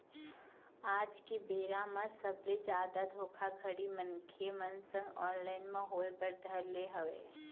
आज के बेरा म सबले जादा धोखाघड़ी मनखे मन संग ऑनलाइन म होय बर धर ले हवय